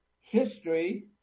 history